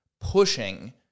pushing